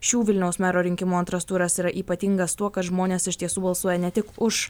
šių vilniaus mero rinkimų antras turas yra ypatingas tuo kad žmonės iš tiesų balsuoja ne tik už